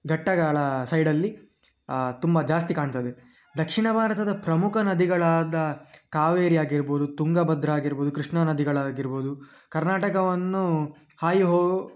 ಘಟ್ಟಗಳ ಸೈಡಲ್ಲಿ ತುಂಬ ಜಾಸ್ತಿ ಕಾಣ್ತದೆ ದಕ್ಷಿಣ ಭಾರತದ ಪ್ರಮುಖ ನದಿಗಳಾದ ಕಾವೇರಿ ಆಗಿರ್ಬೋದು ತುಂಗಭದ್ರ ಆಗಿರ್ಬೋದು ಕೃಷ್ಣಾ ನದಿಗಳಾಗಿರ್ಬೋದು ಕರ್ನಾಟಕವನ್ನು ಹಾದು ಹೋಗು